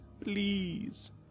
please